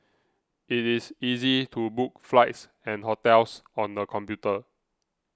it is easy to book flights and hotels on the computer